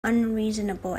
unreasonable